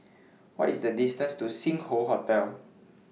What IS The distance to Sing Hoe Hotel